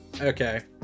Okay